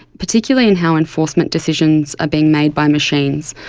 particularly in how enforcement decisions are being made by machines.